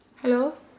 hello